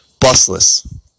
Busless